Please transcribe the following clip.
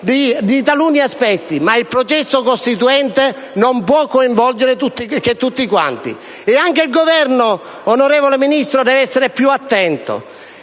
di taluni aspetti ma il processo costituente non può che coinvolgere tutti quanti. Anche il Governo, onorevole Ministro, deve essere più attento.